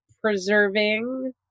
preserving